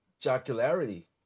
jocularity